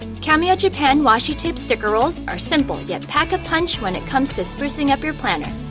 kamio japan washi tape sticker rolls are simple yet pack a punch when it comes to sprucing up your planner.